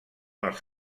els